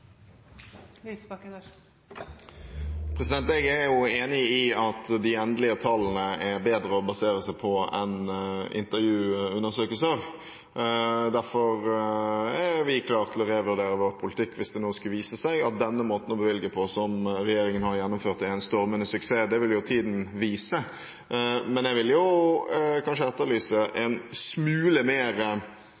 bedre å basere seg på enn intervjuundersøkelser. Derfor er vi klare til å revurdere vår politikk hvis det nå skulle vise seg at denne måten å bevilge på, som regjeringen har gjennomført, er en stormende suksess. Det vil jo tiden vise. Men jeg vil kanskje etterlyse en smule mer